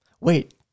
Wait